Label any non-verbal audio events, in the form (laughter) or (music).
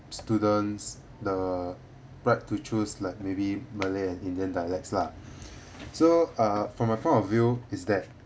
students the prior to choose like maybe malay and indian dialects lah (breath) so uh from my point of view is that